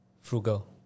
frugal